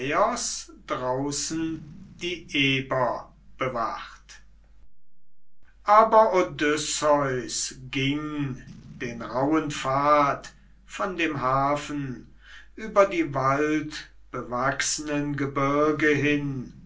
draußen die eber bewacht aber odysseus ging den rauhen pfad von dem hafen über die waldbewachsenen gebirge hin